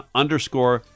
underscore